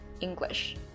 English